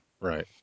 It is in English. Right